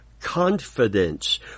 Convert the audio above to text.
confidence